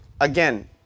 Again